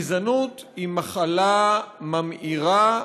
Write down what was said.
גזענות היא מחלה ממארת,